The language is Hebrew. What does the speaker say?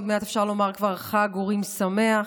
עוד מעט אפשר לומר כבר חג אורים שמח.